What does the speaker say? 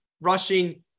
rushing